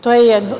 To je jedno.